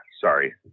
Sorry